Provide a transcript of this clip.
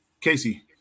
Casey